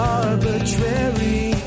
arbitrary